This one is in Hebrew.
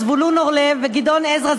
זבולון אורלב וגדעון עזרא,